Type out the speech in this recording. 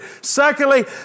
secondly